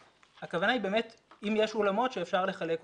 הכוונה היא באמת אם יש אולמות שאפשר לחלק אותם.